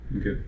okay